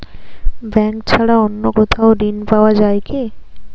Bank ছাড়া অন্য কোথাও ঋণ পাওয়া যায় কি?